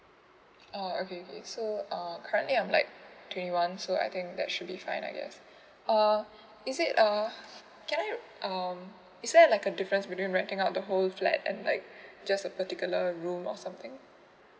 oh okay so um hi I'm like twenty one so I think that should be fine I guess uh you say uh um is there like a difference between racking up the whole flat and like just a particular room or something